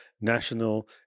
national